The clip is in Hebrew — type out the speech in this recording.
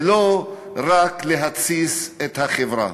ולא רק להתסיס את החברה.